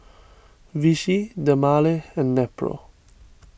Vichy Dermale and Nepro